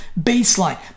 baseline